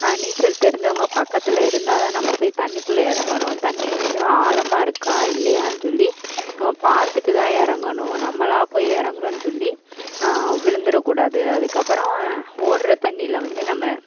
நீச்சல் தெரிஞ்சவங்கள் பக்கத்தில் இருந்தால்தான் நம்ம போய் தண்ணிக்குள்ளே இறங்கணும் தண்ணி வந்து ஆழமா இருக்கா இல்லையான்னு சொல்லி நம்ம பார்த்துட்டு தான் இறங்கணும் நம்மளாக போய் இறங்குறோன்னு சொல்லி விழுதுறக்கூடாது அதுக்கப்புறம் ஓடுற தண்ணியில் வந்து நம்ம